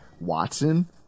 Watson